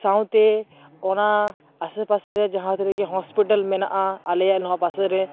ᱥᱟᱶᱛᱮ ᱚᱱᱟ ᱟᱥᱮ ᱯᱟᱥᱮ ᱨᱮ ᱡᱟᱦᱟᱸ ᱛᱤᱱᱟᱜ ᱜᱮ ᱦᱳᱥᱯᱤᱴᱟᱞ ᱢᱮᱱᱟᱜᱼᱟ ᱟᱞᱮᱭᱟᱜ ᱱᱚᱣᱟ ᱯᱟᱥᱮ ᱨᱮ